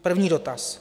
První dotaz.